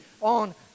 on